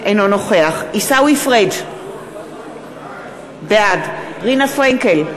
אינו נוכח עיסאווי פריג' בעד רינה פרנקל,